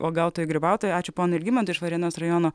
uogautojai grybautojai ačiū ponui algimantui ir varėnos rajono